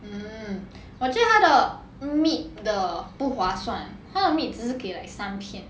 mm 我觉得他的 meat 的不划算他的 meat 只是给 like 三片